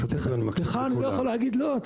לך אני לא יכול להגיד לא.